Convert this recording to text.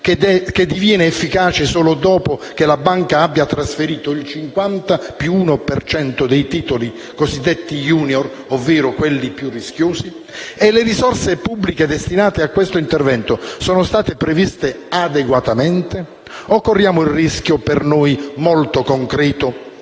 che diviene efficace solo dopo che la banca abbia trasferito il 50 per cento più 1 dei titoli cosiddetti *iunior* (ovvero quelli più rischiosi). Mi chiedo inoltre se le risorse pubbliche destinate a questo intervento siano state previste adeguatamente, o se corriamo il rischio, per noi molto concreto,